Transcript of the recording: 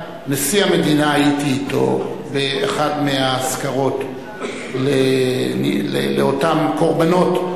הייתי אתו באחת מהאזכרות לאותם קורבנות,